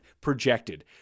projected